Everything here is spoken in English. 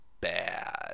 bad